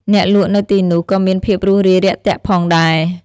អ្នកលក់នៅទីនោះក៏មានភាពរួសរាយរាក់ទាក់ផងដែរ។